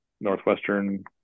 Northwestern